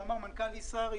כפי שאמרו מנכ"ל ישראייר,